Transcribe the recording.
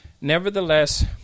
Nevertheless